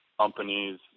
companies –